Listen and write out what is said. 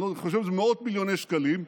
אני חושב מאות מיליוני שקלים,